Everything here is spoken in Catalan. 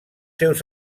seus